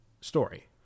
story